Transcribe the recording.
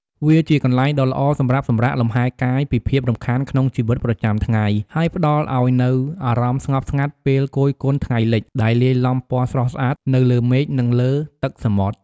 វាជាកន្លែងដ៏ល្អសម្រាប់សម្រាកលំហែកាយពីភាពរំខានក្នុងជីវិតប្រចាំថ្ងៃ ហើយផ្តល់ឱ្យនូវអារម្មណ៍ស្ងប់ស្ងាត់ពេលគយគន់ថ្ងៃលិចដែលលាយឡំពណ៌ស្រស់ស្អាតនៅលើមេឃ និងលើទឹកសមុទ្រ។